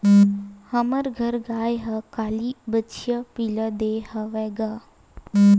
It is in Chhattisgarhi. हमर घर गाय ह काली बछिया पिला दे हवय गा